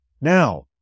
Now